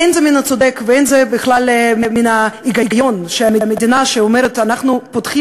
אין זה מן הצדק ואין זה בכלל מן ההיגיון שהמדינה אומרת: אנחנו פותחים